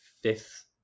fifth